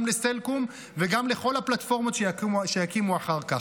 גם לסלקום וגם לכל הפלטפורמות שיקימו אחר כך.